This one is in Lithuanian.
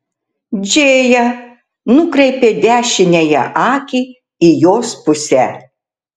džėja nukreipė dešiniąją akį į jos pusę